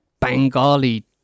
Bengali